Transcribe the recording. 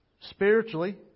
Spiritually